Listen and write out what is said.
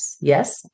Yes